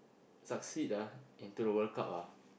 succeed into the World-Cup